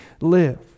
live